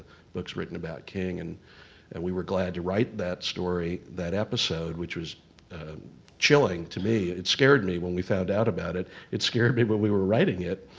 books written about king. and and we were glad to write that story, that episode, which was chilling to me. it scared me when we found out about it. it scared me when we were writing it.